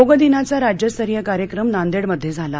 योगदिनाचा राज्यस्तरीय कार्यक्रम नांदह्मध्यझिला